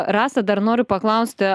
rasa dar noriu paklausti